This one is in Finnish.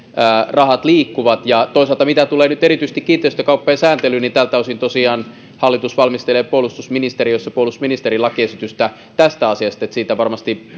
rahat liikkuvat toisaalta mitä tulee nyt erityisesti kiinteistökauppojen sääntelyyn tältä osin tosiaan hallitus valmistelee puolustusministeriössä puolustusministerin johdolla lakiesitystä tästä asiasta siitä varmasti